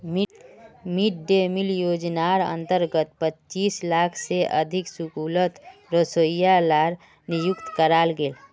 mid day meal योज्नार अंतर्गत पच्चीस लाख से अधिक स्कूलोत रोसोइया लार नियुक्ति कराल गेल